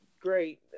great